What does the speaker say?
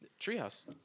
Treehouse